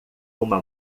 uma